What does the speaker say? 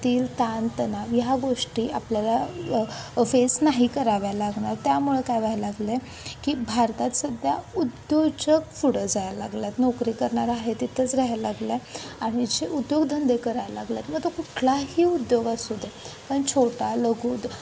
तर ताण तणाव ह्या गोष्टी आपल्याला फेस नाही कराव्या लागणार त्यामुळं काय व्हायला लागलं आहे की भारतात सध्या उद्योजक पुढे जायला लागले आहेत नोकरी करणारे आहे तिथंच राहायला लागलं आहे आणि जे उद्योगधंदे करायला लागले आहेत मग तो कुठलाही उद्योग असू दे पण छोटा लघुउद